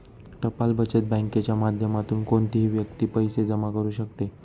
टपाल बचत बँकेच्या माध्यमातून कोणतीही व्यक्ती पैसे जमा करू शकते